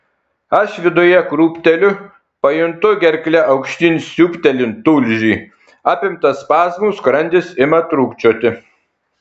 aš viduje krūpteliu pajuntu gerkle aukštyn siūbtelint tulžį apimtas spazmų skrandis ima trūkčioti